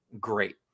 Great